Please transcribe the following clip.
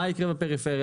מה יקרה בפריפריה.